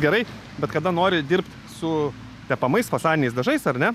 gerai bet kada nori dirbt su tepamais fasadiniais dažais ar ne